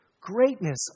greatness